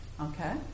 Okay